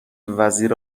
وزیر